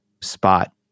spot